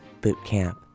Bootcamp